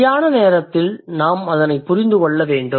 சரியான நேரத்தில் நாம் அதனைப் புரிந்து கொள்ள வேண்டும்